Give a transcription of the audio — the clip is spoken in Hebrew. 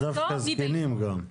אבל לאו דווקא זקנים גם.